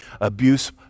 abuse